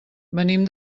venim